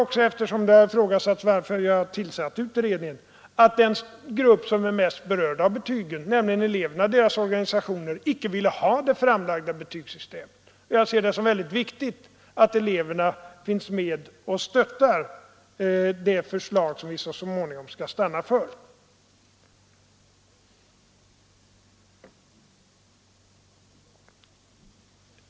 Och eftersom det har frågats varför jag tillsatte den utredningen vill jag understryka att den grupp som är mest berörd av betygen, nämligen eleverna och deras organisationer, inte ville ha det föreslagna betygsystemet, och jag ser det som väldigt viktigt att eleverna är med och stöttar det förslag som vi så småningom kommer att stanna för.